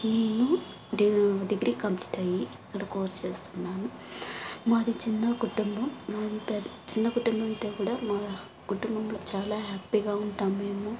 నేను డివ్ degree complete అయి ఇక్కడ కోర్స్ చేస్తున్నాను మాది చిన్న కుటుంబం మాది పే చిన్న కుటుంబంతో గూడా మా కుటుంబంలో చాలా హ్యాపీగా ఉంటాం మేము